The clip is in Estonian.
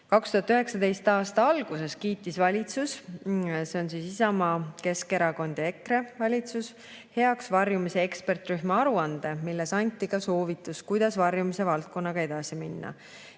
2019. aasta alguses kiitis valitsus – see oli Isamaa, Keskerakonna ja EKRE valitsus – heaks varjumise ekspertrühma aruande, milles anti ka soovitus, kuidas varjumise valdkonnaga edasi minna.